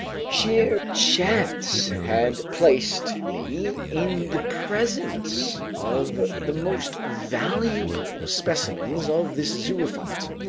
sheer chance had placed me in the presence of the most valuable specimens of this zoophyte.